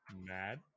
mad